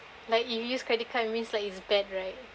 like you use credit card means like is bad right